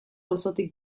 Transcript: auzotik